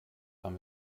haben